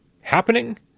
happening